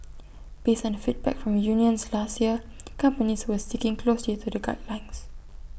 based on feedback from unions last year companies were sticking closely to the guidelines